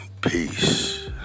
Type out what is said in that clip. Peace